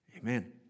amen